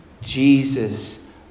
Jesus